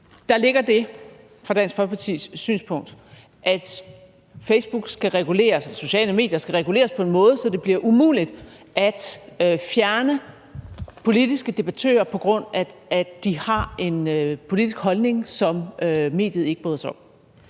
regulering. Fra Dansk Folkepartis synspunkt ligger der det, at Facebook skal reguleres, sociale medier skal reguleres på en måde, så det bliver umuligt at fjerne politiske debattører, på grund af at de har en politisk holdning, som mediet ikke bryder sig om.